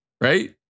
right